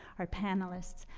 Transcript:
our panelists,